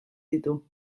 ditu